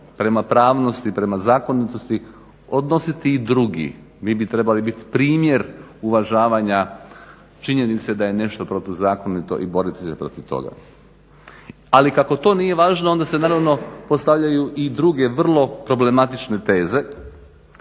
prema pravnosti, prema zakonitosti odnositi i drugi. Vi bi trebali biti primjer uvažavanja činjenice da je nešto protuzakonito i boriti se protiv toga. Ali kako to nije važno onda se naravno postavljaju i druge vrlo problematične teze